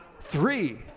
Three